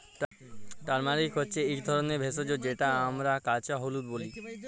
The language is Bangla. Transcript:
টারমারিক হছে ইক ধরলের ভেষজ যেটকে আমরা কাঁচা হলুদ ব্যলি